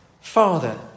Father